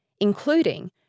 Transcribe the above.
including